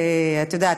את יודעת,